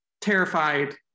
terrified